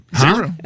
Zero